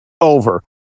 over